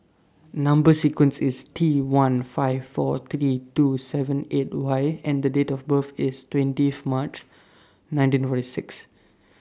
Number sequence IS T one five four three two seven eight Y and Date of birth IS twentieth March nineteen forty six